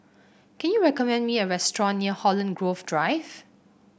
can you recommend me a restaurant near Holland Grove Drive